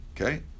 Okay